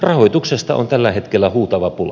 rahoituksesta on tällä hetkellä huutava pula